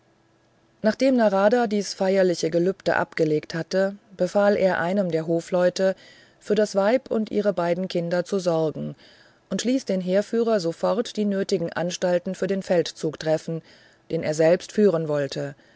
nachdem narada dies feierliche gelübde abgelegt hatte befahl er einem der hofleute für das weib und ihre beiden kinder zu sorgen und hieß den heerführer sofort die nötigen anstalten für den feldzug zu treffen den er selbst führen wollte